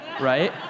right